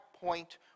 point